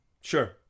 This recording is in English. Sure